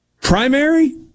Primary